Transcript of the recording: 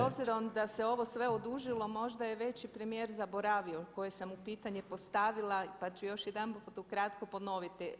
Da s obzirom da se ovo sve odužilo možda je već i premijer zaboravio koje sam mu pitanje postavila, pa ću još jedanput ukratko ponoviti.